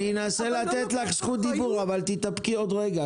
אני אנסה לתת לך זכות דיבור אבל תתאפקי עוד רגע.